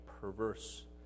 perverse